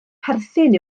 perthyn